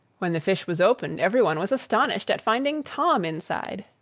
when the fish was opened, everyone was astonished at finding tom inside.